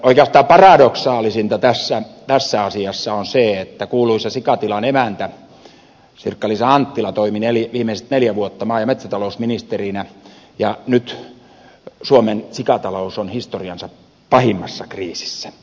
oikeastaan paradoksaalisinta tässä asiassa on se että kuuluisa sikatilan emäntä sirkka liisa anttila toimi viimeiset neljä vuotta maa ja metsätalousministerinä ja nyt suomen sikatalous on historiansa pahimmassa kriisissä